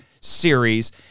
series